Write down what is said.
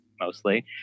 mostly